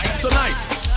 Tonight